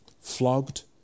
flogged